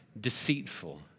deceitful